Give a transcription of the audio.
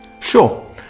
Sure